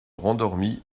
rendormit